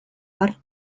har